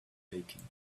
baking